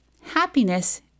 Happiness